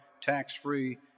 tax-free